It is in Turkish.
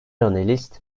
analist